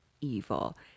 evil